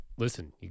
Listen